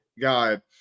God